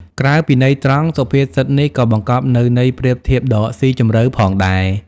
ក្រៅពីន័យត្រង់ សុភាសិតនេះក៏បង្កប់នូវន័យប្រៀបធៀបដ៏ស៊ីជម្រៅផងដែរ។